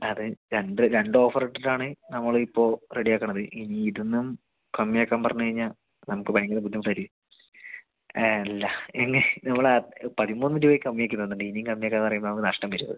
അത് രണ്ട് രണ്ടോഫറിട്ടിട്ടാണ് നമ്മൾ ഇപ്പോൾ റെഡിയാക്കണത് ഇനി ഇതിൽ നിന്നും കമ്മിയാക്കാൻ പറഞ്ഞു കഴിഞ്ഞാൽ നമുക്ക് ഭയങ്കര ബുദ്ധിമുട്ടായിരിക്കും അല്ല ഇനി നമ്മൾ ആ പതിമൂന്ന് രൂപയൊക്കെ കമ്മിയാക്കി തന്നിട്ടുണ്ട് ഇനി കമ്മിയാക്കാമെന്നു പറയുമ്പോൾ നമുക്ക് നഷ്ടം വരും അത്